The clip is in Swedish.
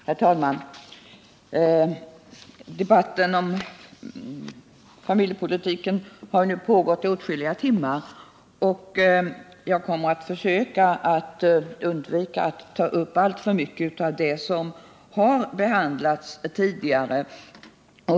Herr talman! Debatien om familjepolitiken har nu pågått i åtskilliga timmar, och jag skall försöka undvika att ta upp alltför mycket av det som har behandlats tidigare.